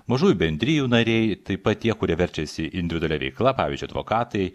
mažųjų bendrijų nariai taip pat tie kurie verčiasi individualia veikla pavyzdžiui advokatai